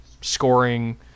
scoring